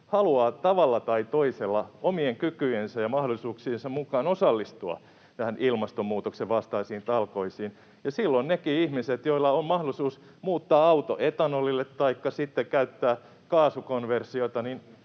haluaa tavalla tai toisella omien kykyjensä ja mahdollisuuksiensa mukaan osallistua näihin ilmastonmuutoksen vastaisiin talkoisiin. Silloin niitäkin ihmisiä, joilla on mahdollisuus muuttaa auto etanolille taikka sitten käyttää kaasukonversiota,